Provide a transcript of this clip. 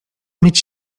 myć